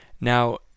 Now